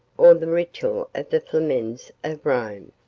or the ritual of the flamens of rome.